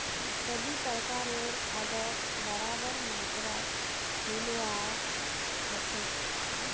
सभी प्रकारेर खादक बराबर मात्रात मिलव्वा ह छेक